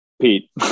Pete